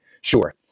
Sure